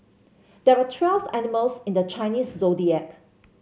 there are twelve animals in the Chinese Zodiac